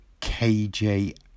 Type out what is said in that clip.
KJ